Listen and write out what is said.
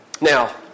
Now